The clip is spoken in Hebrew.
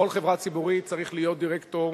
בכל חברה ציבורית צריך להיות דירקטור,